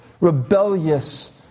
rebellious